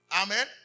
Amen